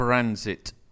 Transit